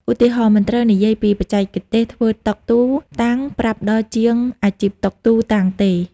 ឧទាហរណ៍ មិនត្រូវនិយាយពីបច្ចេកទេសធ្វើតុ ទូ តាំង ប្រាប់ដល់ជាងអាជីពតុ ទូ តាំងទេ ។